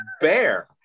bear